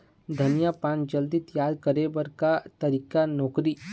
धनिया पान जल्दी तियार करे बर का तरीका नोकरी?